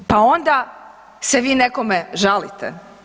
Pa onda se vi nekome žalite.